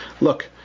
Look